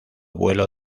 vuelo